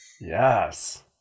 Yes